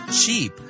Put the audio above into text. cheap